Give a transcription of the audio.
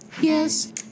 yes